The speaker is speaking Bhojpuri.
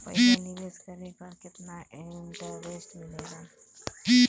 पईसा निवेश करे पर केतना इंटरेस्ट मिलेला?